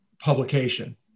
publication